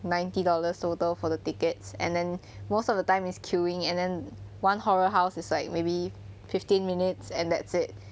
ninety dollars total for the tickets and then most of the time it's queueing and then one horror house is like maybe fifteen minutes and that's it